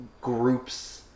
group's